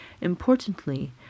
Importantly